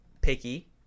picky